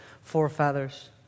forefathers